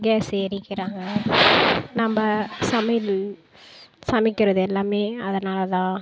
case எரிக்கிறாங்க நம்ம சமையல் சமைக்கிறது எல்லாம் அதனால் தான்